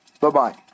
Bye-bye